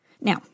Now